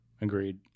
agreed